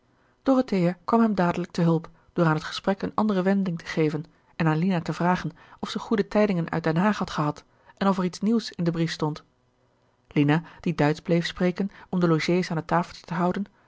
dorothea kwam hem dadelijk te hulp door aan het gesprek eene andere wending te geven en aan lina te vragen of ze goede tijdingen uit den haag had gehad en of er iets nieuws in den brief stond lina die duitsch bleef spreken om de logées aan het tafeltje te houden